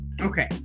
Okay